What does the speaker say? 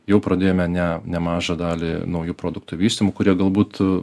jau pradėjome ne nemažą dalį naujų produktų vystymo kurie galbūt